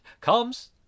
comes